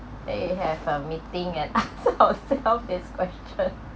they have a meeting at ask ourselves this question